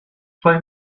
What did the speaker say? play